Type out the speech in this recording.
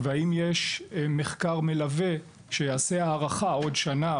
והאם יש מחקר מלווה שיעשה הערכה עוד שנה,